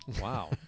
Wow